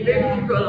ya